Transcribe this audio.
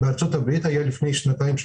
היו לפני שנתיים,